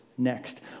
next